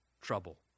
trouble